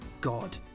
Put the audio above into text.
God